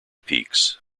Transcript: peaks